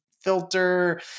filter